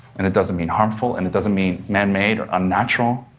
and it doesn't mean harmful, and it doesn't mean man-made or unnatural.